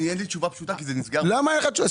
אין לי תשובה פשוטה כי זה בין הרופא הפרטי.